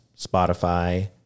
Spotify